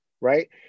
right